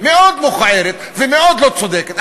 מאוד מכוערת ומאוד לא צודקת,